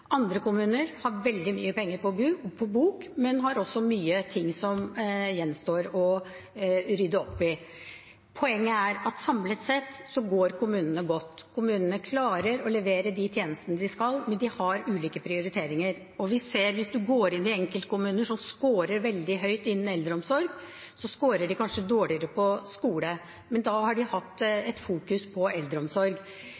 Andre kommuner har veldig mye penger på bok, men har også mange ting som det gjenstår å rydde opp i. Poenget er at samlet sett går kommunene godt. Kommunene klarer å levere de tjenestene de skal, men de har ulike prioriteringer. Hvis man går inn og ser på enkeltkommuner som skårer veldig høyt innen eldreomsorg, så skårer de kanskje dårligere på skole. Men da har de